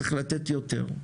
צריך לתת יותר.